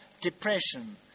depression